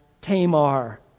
tamar